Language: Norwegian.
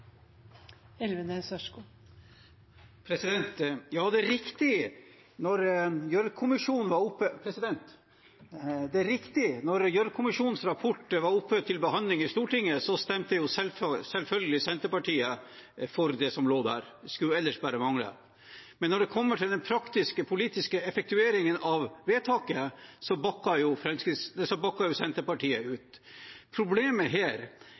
riktig, da Gjørv-kommisjonens rapport var oppe til behandling i Stortinget, stemte selvfølgelig Senterpartiet for det som lå der – det skulle ellers bare mangle. Men når det gjelder den praktiske, politiske effektueringen av vedtaket,